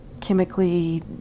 chemically